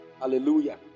hallelujah